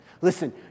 Listen